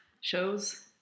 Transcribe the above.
shows